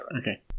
Okay